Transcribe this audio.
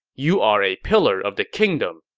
you are a pillar of the kingdom.